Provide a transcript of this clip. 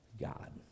God